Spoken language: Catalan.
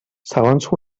segons